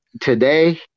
today